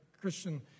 Christian